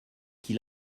qui